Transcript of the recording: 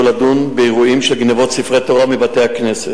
לדון באירועים של גנבת ספרי תורה מבתי-כנסת.